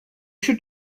should